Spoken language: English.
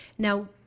Now